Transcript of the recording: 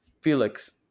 felix